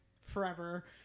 forever